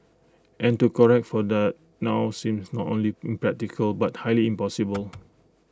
and to correct for that now seems not only impractical but highly impossible